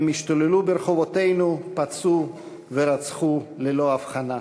הם השתוללו ברחובותינו, פצעו ורצחו ללא הבחנה.